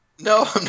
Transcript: No